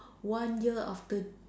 one year after